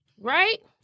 Right